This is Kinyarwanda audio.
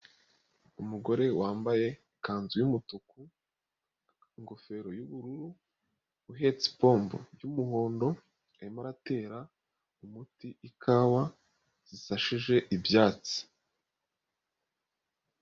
Umugore wambaye ikanzu y'umutuku, ingofero y'ubururu, uhetse pombo y'umuhondo arimo atera umuti ikawa zisashije ibyatsi.